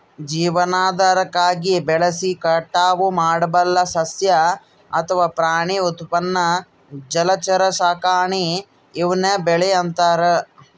ಜೀವನಾಧಾರಕ್ಕಾಗಿ ಬೆಳೆಸಿ ಕಟಾವು ಮಾಡಬಲ್ಲ ಸಸ್ಯ ಅಥವಾ ಪ್ರಾಣಿ ಉತ್ಪನ್ನ ಜಲಚರ ಸಾಕಾಣೆ ಈವ್ನ ಬೆಳೆ ಅಂತಾರ